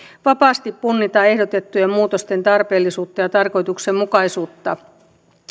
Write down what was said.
vapaasti punnita ehdotettujen muutosten tarpeellisuutta ja tarkoituksenmukaisuutta